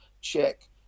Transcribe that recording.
check